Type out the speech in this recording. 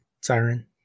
siren